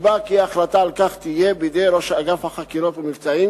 נקבע כי ההחלטה על כך תהיה בידי ראש אגף חקירות ומבצעים,